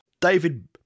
David